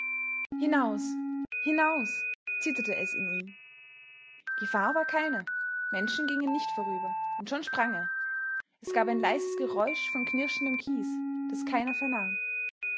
hinaus hinaus zitterte es in ihm gefahr war keine menschen gingen nicht vorüber und schon sprang er es gab ein leises geräusch von knirschendem kies das keiner vernahm